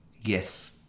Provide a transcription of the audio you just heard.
yes